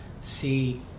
See